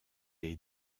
est